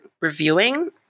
reviewing